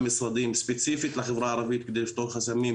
משרדים ספציפית לחברה הערבית כדי לפתור חסמים,